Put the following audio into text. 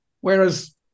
Whereas